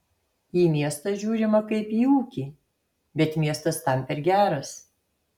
į miestą žiūrima kaip į ūkį bet miestas tam per geras